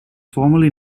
formerly